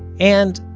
and,